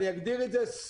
אני אגדיר את זה סבירים.